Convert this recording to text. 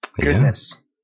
goodness